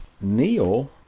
Neil